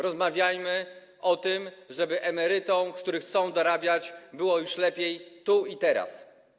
Rozmawiajmy o tym, żeby emerytom, którzy chcą dorabiać, było lepiej już tu i teraz.